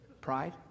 Pride